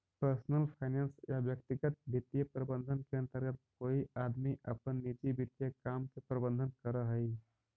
personal finance या व्यक्तिगत वित्तीय प्रबंधन के अंतर्गत कोई आदमी अपन निजी वित्तीय काम के प्रबंधन करऽ हई